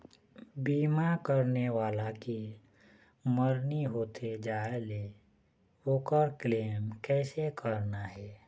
बीमा करने वाला के मरनी होथे जाय ले, ओकर क्लेम कैसे करना हे?